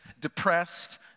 depressed